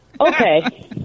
Okay